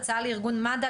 הצעה לארגון מד"א,